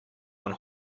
one